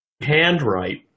handwrite